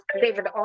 david